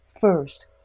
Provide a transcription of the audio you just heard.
First